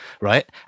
right